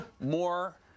more